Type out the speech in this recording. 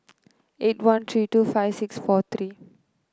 eight one three two five six four three